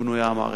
בנויה המערכת.